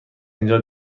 اینجا